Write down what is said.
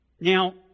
Now